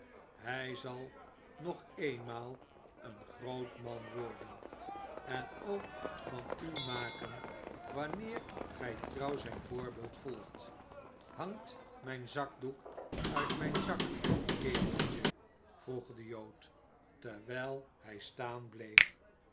hij zal nog eenmaal een groot man worden en ook van u maken wanneer gij trouw zijn voorbeeld volgt hangt mijn zakdoek uit mijn zak kereltje vroeg de jood terwijl hij staan bleef